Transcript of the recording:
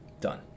Done